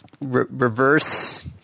reverse